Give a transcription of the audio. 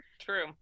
True